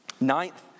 Ninth